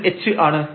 ഇത് h ആണ്